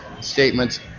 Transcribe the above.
statements